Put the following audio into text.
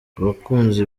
abakunzi